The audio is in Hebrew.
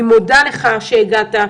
אני מודה לך שהגעת.